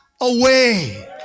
away